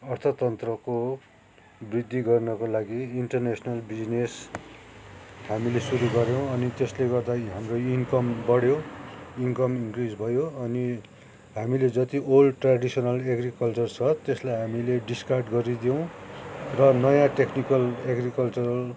अर्थतन्त्रको वृद्धि गर्नका लागि इन्टरनेसनल बिजनेस हामीले सुरु गर्यौँ अनि त्यसले गर्दा हाम्रो इनकम बड्यो इनकम इनक्रिज भयो अनि हामीले जति ओल्ड ट्रेडिसनल एग्रिकल्चर छ त्यसलाई हामीले डिकार्ड गरिदिउँ र नयाँ टेकनिकल एग्रिकल्चर